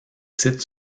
sites